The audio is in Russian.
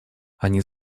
они